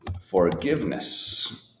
forgiveness